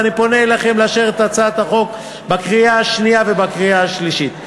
ואני פונה אליכם לאשר את הצעת החוק בקריאה השנייה ובקריאה השלישית.